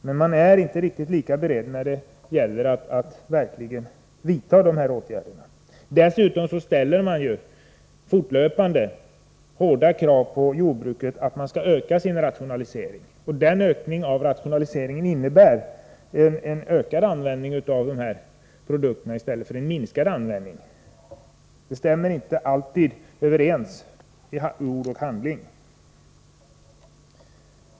Men man är inte riktigt beredd när det gäller att verkligen vidta åtgärder. Dessutom ställs det fortlöpande hårda krav på jordbruket. Rationaliseringen där måste öka. Men en ökad rationalisering innebär också en ökad användning av de aktuella produkterna i stället för en minskad användning. Det råder inte alltid överensstämmelse mellan ord och handling.